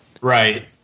right